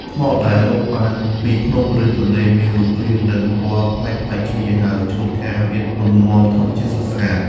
ថ្មដែលរកបានពីភ្នំ ឬទន្លេ មានរូបរាង និងពណ៌ប្លែកៗគ្នា ហើយជួនកាលមានលំនាំធម្មជាតិស្រស់ស្អាត។